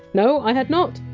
no, i had not!